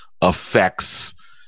affects